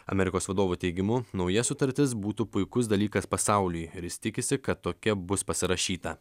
amerikos vadovo teigimu nauja sutartis būtų puikus dalykas pasauliui ir jis tikisi kad tokia bus pasirašyta